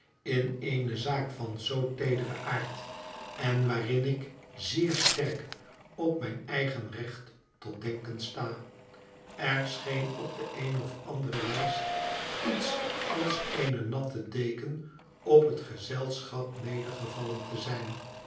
in eene zaak van zoo teederen aard en waarin ik zeer sterk op mijn eigen recht tot denken sta r scheen op de eene of andere wijs iets als eene natte deken op het gezelschap nedergevallen te zijn